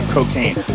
Cocaine